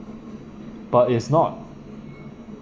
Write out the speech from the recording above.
but it's not